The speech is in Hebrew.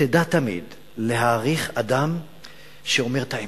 תדע תמיד להעריך אדם שאומר את האמת,